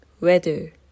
weather